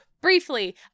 briefly